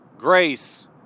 grace